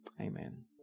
amen